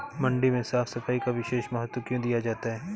मंडी में साफ सफाई का विशेष महत्व क्यो दिया जाता है?